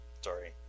Sorry